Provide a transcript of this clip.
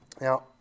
Now